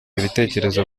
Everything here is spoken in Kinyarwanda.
ibitekerezo